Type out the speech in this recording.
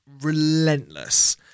relentless